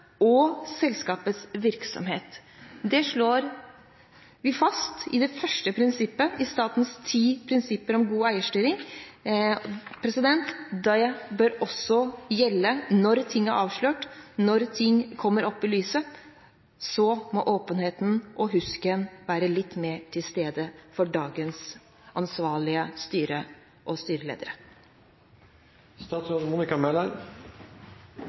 og selskapets virksomhet. Det slår vi fast i det første prinsippet i statens ti prinsipper om god eierstyring. Det bør også gjelde når ting er avslørt, når ting kommer fram i lyset, da må åpenheten og husken være litt mer til stede hos dagens ansvarlige styrer og